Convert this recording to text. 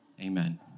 Amen